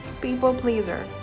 people-pleaser